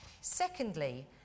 Secondly